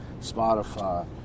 Spotify